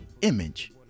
image